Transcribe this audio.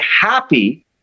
happy